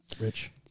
Rich